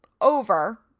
over